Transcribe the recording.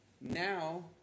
Now